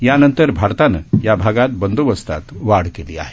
यानंतर भारतानं या भागात बंदोबस्तात वाढ केली आहे